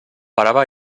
parava